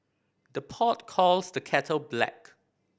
the pot calls the kettle black